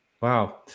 Wow